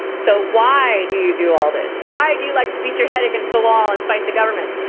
so why do you do all this? why do you like to beat your head against the wall and fight the government,